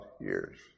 years